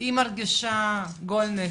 היא מרגישה גועל נפש.